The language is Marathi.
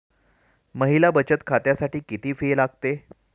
महिला बचत खात्यासाठी किती फी लागते?